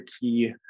key